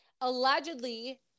allegedly